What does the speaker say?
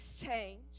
change